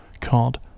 called